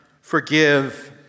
Forgive